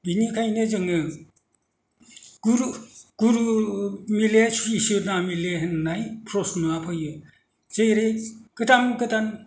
बेनिखायनो जोङो गुरु मिले सिस्य' ना मिले होननाय प्रस्न'आ फैयो जेरै गोदान गोदान